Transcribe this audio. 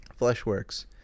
Fleshworks